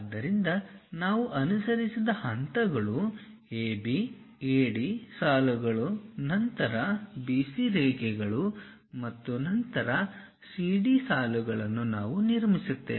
ಆದ್ದರಿಂದ ನಾವು ಅನುಸರಿಸಿದ ಹಂತಗಳು AB AD ಸಾಲುಗಳು ನಂತರ BC ರೇಖೆಗಳು ಮತ್ತು ನಂತರ CD ಸಾಲುಗಳನ್ನು ನಾವು ನಿರ್ಮಿಸುತ್ತೇವೆ